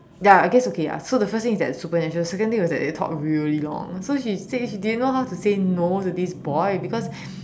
ya I guess okay ya so the first thing is that supernatural second thing was that they talked really long so she so she didn't know how to say no to this boy because